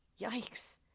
Yikes